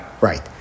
Right